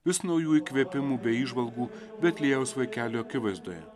vis naujų įkvėpimų bei įžvalgų betliejaus vaikelių akivaizdoje